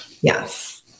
Yes